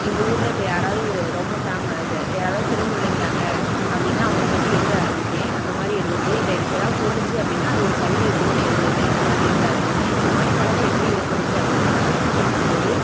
எங்கள் ஊரில் இப்போ யாராவது ரொம்ப ஃபேம இது யாராவது சிறந்து விளங்குகிறாங்க அப்படின்னா அவங்கள பற்றி எழுத ஆரம்பிப்பேன் அந்தமாதிரி எழுதுறது இல்லை எனக்கு ஏதாவது தோணுச்சு அப்படின்னா அதை ஒரு கவிதை வடிவில் எழுதுறது இந்தமாதிரி எழுத ஆரம்பிப்பேன் இந்தமாதிரி பழக்கம் எப்படி ஏற்பட்டுச்சு அப்படின்னா நான் ஸ்கூல் படிக்கும்போது